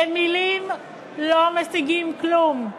במילים לא משיגים כלום.